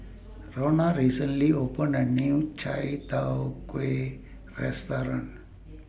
Ronna recently opened A New Chai Tow Kuay Restaurant